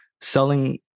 selling